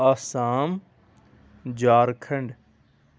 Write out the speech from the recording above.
Assam Jharkhand